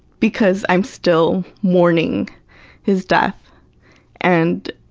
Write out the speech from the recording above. because i'm still mourning his death and,